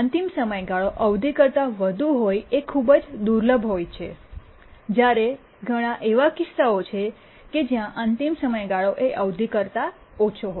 અંતિમ સમયગાળો અવધિ કરતા વધુ હોઈ એ ખૂબ જ દુર્લભ હોય છે જ્યારે ઘણા એવા કિસ્સાઓ છે કે જ્યાં અંતિમ સમયગાળો એ અવધિ કરતા ઓછો હોય